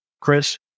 Chris